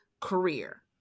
career